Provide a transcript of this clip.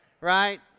right